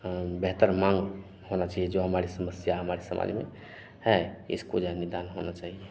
हाँ बेहतर माँग होना चाहिए जो हमारी समस्या हमारे समाज में है इसको जो है निदान होना चाहिए